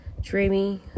dreamy